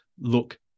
look